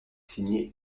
signé